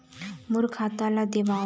मोर खाता ला देवाव?